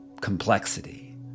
complexity